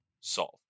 solve